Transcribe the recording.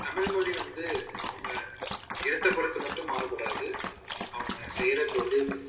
தமிழ் மொழி வந்து அவங்க இடத்தை பொருத்து மட்டும் மாறுபடாது அவங்க செய்கிற தொழில்